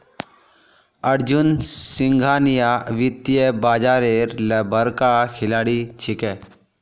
अर्जुन सिंघानिया वित्तीय बाजारेर बड़का खिलाड़ी छिके